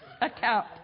account